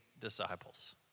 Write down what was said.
disciples